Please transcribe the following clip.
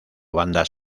bandas